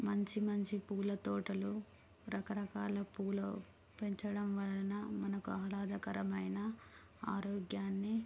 మంచి మంచి పూల తోటలు రకరకాల పూలు పెంచడం వలన మనకు ఆహ్లాదకరమైన ఆరోగ్యాన్ని